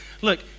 Look